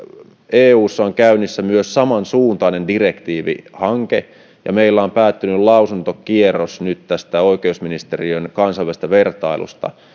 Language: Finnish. eussa on käynnissä samansuuntainen direktiivihanke ja meillä on päättynyt lausuntokierros tästä oikeusministeriön kansainvälisestä vertailusta